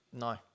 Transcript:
No